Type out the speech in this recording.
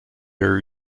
are